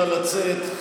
נא לצאת.